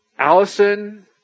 Allison